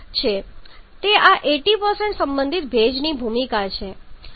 તે આ 80 સંબંધિત ભેજની ભૂમિકા છે